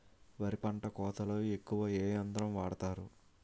వరి పంట కోతలొ ఎక్కువ ఏ యంత్రం వాడతారు?